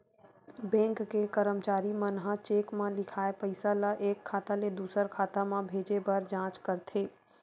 bank के करमचारी मन ह चेक म लिखाए पइसा ल एक खाता ले दुसर खाता म भेजे बर जाँच करथे